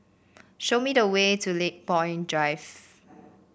show me the way to Lakepoint Drive